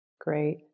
Great